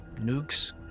Nukes